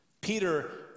Peter